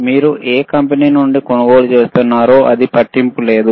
మీరు ఏ కంపెనీ నుండి కొనుగోలు చేస్తున్నారో అది పట్టింపు లేదు